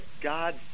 God